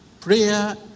Prayer